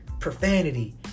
profanity